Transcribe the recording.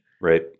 Right